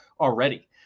already